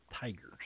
Tigers